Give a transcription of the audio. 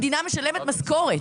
המדינה משלמת משכורת.